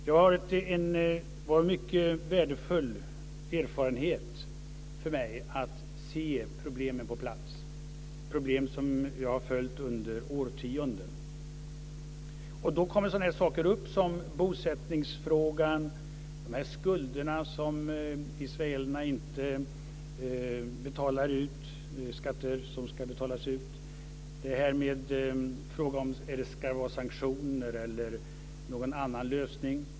Det har varit en mycket värdefull erfarenhet för mig att se problemen på plats - problem som jag har följt under årtionden. Då kommer bosättningsfrågan upp. Det gäller skatterna som israelerna inte betalar ut. Det är fråga om huruvida det ska vara sanktioner eller någon annan lösning.